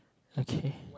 okay